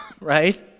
right